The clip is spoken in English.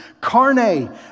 Carne